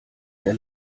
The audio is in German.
der